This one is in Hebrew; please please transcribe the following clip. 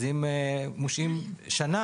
אז אם הם מושעים שנה